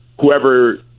whoever